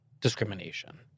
discrimination